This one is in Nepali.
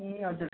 ए हजुर